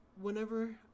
whenever